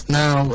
now